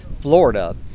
Florida